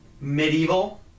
Medieval